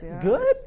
good